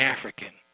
African